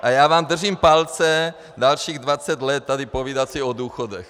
A já vám držím palce dalších dvacet let tady povídat si o důchodech.